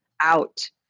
out